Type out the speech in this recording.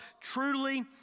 truly